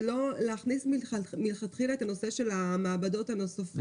ולא להכניס מלכתחילה את הנושא של המעבדות הנוספות?